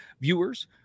viewers